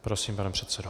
Prosím, pane předsedo.